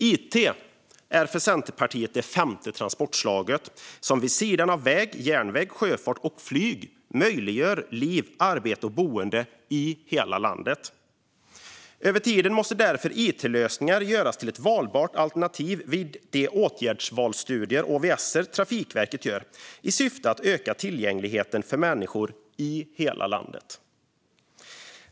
It är för Centerpartiet det femte transportslaget, som vid sidan av väg, järnväg, sjöfart och flyg möjliggör liv, arbete och boende i hela landet. Över tid måste därför it-lösningar göras till ett valbart alternativ vid de åtgärdsvalsstudier, ÅVS, som Trafikverket gör, i syfte att öka tillgängligheten för människor i hela landet.